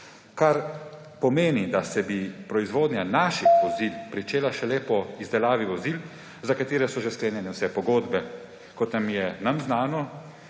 kar pomeni, da se bi proizvodnja naših vozil pričela šele po izdelavi vozil, za katera so že sklenjene vse pogodbe. Kot je nam znano,